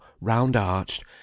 round-arched